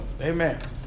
Amen